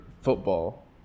football